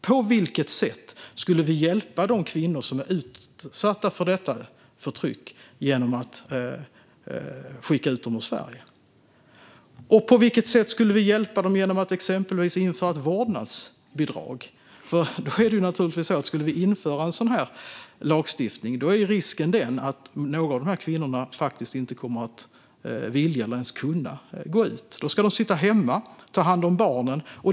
På vilket sätt hjälper vi de kvinnor som är utsatta för detta förtryck genom att skicka ut dem ur Sverige? Och hur hjälper vi dem genom att exempelvis införa ett vårdnadsbidrag? Skulle vi införa en sådan lagstiftning finns naturligtvis risken att några av dessa kvinnor inte kommer att vilja eller ens kunna gå ut. Då ska de i stället sitta hemma och ta hand om barnen.